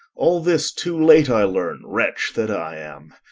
all this too late i learn, wretch that i am,